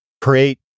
create